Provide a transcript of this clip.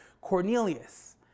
Cornelius